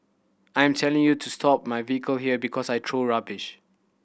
I am telling you to stop my vehicle here because I throw rubbish